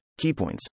keypoints